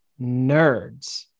nerds